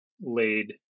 laid